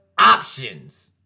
options